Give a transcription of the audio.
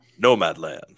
Nomadland